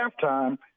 halftime